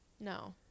No